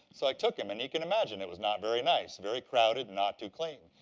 so i took him, and you can imagine, it was not very nice, very crowded and not too clean.